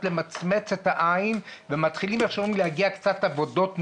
למצמץ את העין ומתחילות להגיע עבודות נוספות,